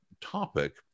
topic